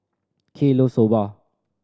Kay loves Soba